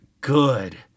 good